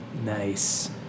Nice